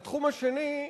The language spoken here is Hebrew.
התחום השני,